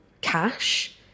cash